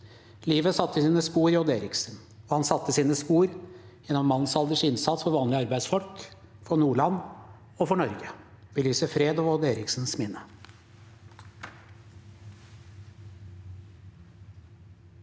Livet satte sine spor i Odd Eriksen, og han satte sine spor gjennom en mannsalders innsats for vanlige arbeidsfolk, for Nordland og for Norge. Vi lyser fred over Odd Eriksens minne.